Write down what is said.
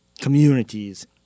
communities